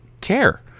care